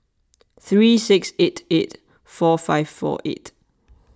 three six eight eight four five four eight